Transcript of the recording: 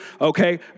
okay